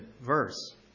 verse